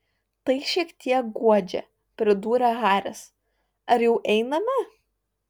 tai šiek tiek guodžia pridūrė haris ar jau einame